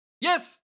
Yes